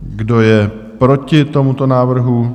Kdo je proti tomuto návrhu?